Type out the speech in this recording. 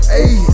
Hey